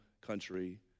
country